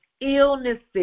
illnesses